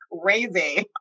crazy